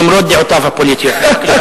למרות דעותיו הפוליטיות.